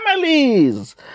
families